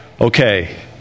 okay